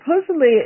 supposedly